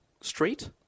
street